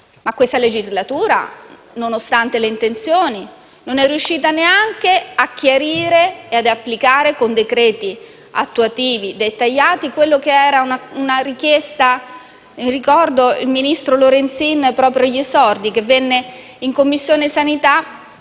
Questa legislatura, nonostante le intenzioni, non è riuscita neanche a chiarire e ad applicare con decreti attuativi dettagliati la risposta ad una richiesta formulata al ministro Lorenzin quando agli esordi, venne in Commissione sanità